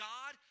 God